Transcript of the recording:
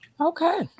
okay